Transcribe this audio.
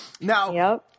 Now